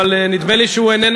אבל נדמה לי שהוא איננו